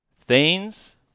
thanes